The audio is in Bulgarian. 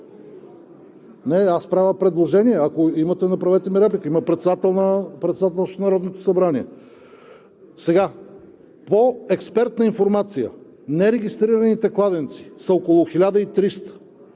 Не, аз правя предложение. Ако имате, направете ми реплика. Има председателстващ Народното събрание. По експертна информация нерегистрираните кладенци са около 1300.